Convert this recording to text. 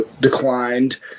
declined